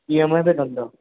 E M I ते कंदा